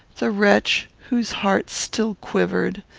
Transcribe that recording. the wretch, whose heart still quivered,